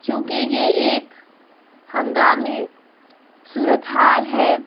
چونکہ یہ ایک ہنگامی صورت حال ہے